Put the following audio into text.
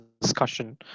discussion